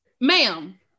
ma'am